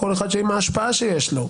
כל אחד עם ההשפעה שיש לו,